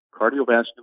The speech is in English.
cardiovascular